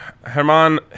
herman